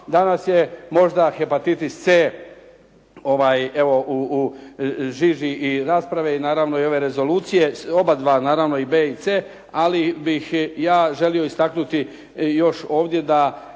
danas je možda hepatitis C evo u žiži i raspravi naravno i rezolucije, oba dva naravno i B i C ali bih ja želio istaknuti još ovdje da